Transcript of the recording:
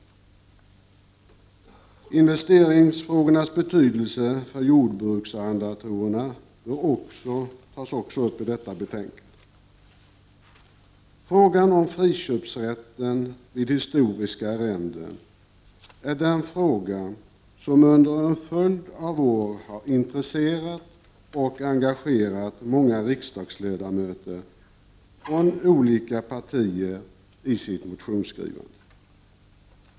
Investeringsfrågornas betydelse för jordbruksarrendatorerna tas också upp i detta betänkande. Frågan om friköpsrätten vid historiska arrenden är den fråga som under en följd av år har intresserat och engagerat många riksdagsledamöter från olika partier i deras motionsskrivande.